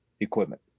equipment